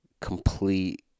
complete